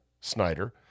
Snyder